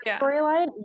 storyline